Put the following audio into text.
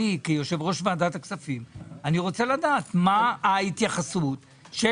אני כיושב ראש ועדת הכספים רוצה לדעת מה ההתייחסות של